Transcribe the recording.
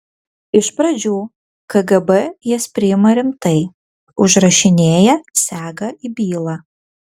iš pradžių kgb jas priima rimtai užrašinėja sega į bylą